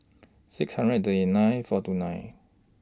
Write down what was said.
six hundred and thirty nine four two nine